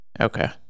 Okay